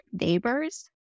neighbors